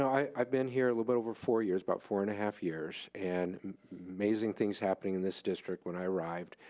i've been here a little bit over four years. about four and a half years, and amazing things happening in this district when i arrived,